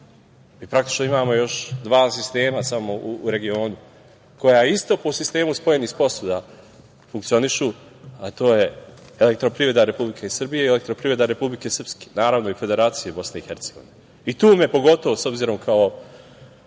Praktično imamo još dva sistema u regionu, koja isto po sistemu spojenih posuda funkcionišu, a to je Elektroprivreda Republike Srbije i Elektroprivreda Republike Srpske, naravno i Federacije BiH. Tu me pogotovo, s obzirom kao